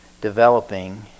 developing